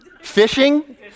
Fishing